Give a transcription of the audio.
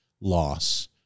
loss